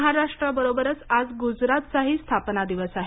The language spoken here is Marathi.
महाराष्ट्राबरोबरच आज गुजरातचाही स्थापना दिवास आहे